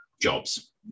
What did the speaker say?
jobs